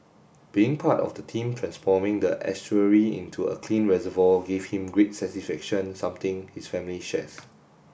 being part of the team transforming the estuary into a clean reservoir gave him great satisfaction something his family shares